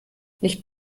nicht